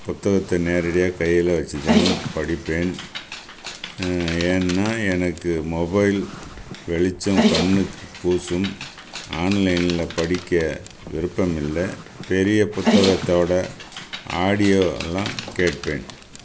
புத்தகத்தை நேரடியாக கையில் வச்சு தான் படிப்பேன் ஏன்னால் எனக்கு மொபைல் வெளிச்சம் கண்ணுக்கு கூசும் ஆன்லைனில் படிக்க விருப்பம் இல்லை பெரிய புத்தகத்தோடய ஆடியோவெல்லாம் கேட்பேன்